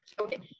Okay